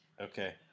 Okay